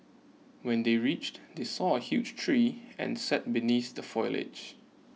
when they reached they saw a huge tree and sat beneath the foliage